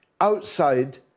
outside